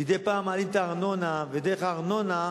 שמדי פעם מעלים את הארנונה, ודרך הארנונה,